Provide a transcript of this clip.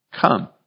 come